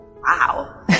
wow